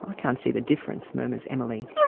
um can't see the difference', murmurs emily.